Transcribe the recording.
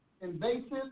invasive